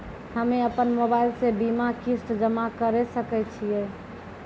हम्मे अपन मोबाइल से बीमा किस्त जमा करें सकय छियै?